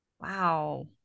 Wow